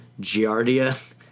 giardia